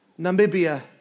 Namibia